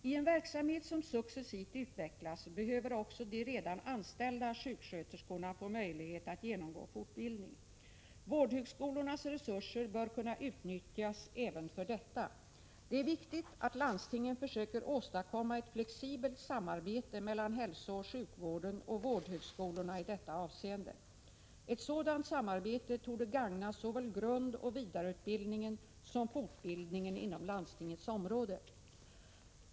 I en verksamhet som successivt utvecklas behöver också de redan anställda sjuksköterskorna få möjlighet att genomgå fortbildning. Vårdhögskolornas resurser bör kunna utnyttjas även för detta. Det är viktigt att landstingen försöker åstadkomma ett flexibelt samarbete mellan hälsooch sjukvården och vårdhögskolorna i detta avseende. Ett sådant samarbete torde gagna såväl grundoch vidareutbildningen som fortbildningen inom landstingets område.